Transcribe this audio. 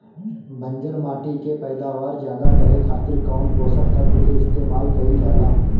बंजर माटी के पैदावार ज्यादा करे खातिर कौन पोषक तत्व के इस्तेमाल कईल जाला?